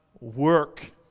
work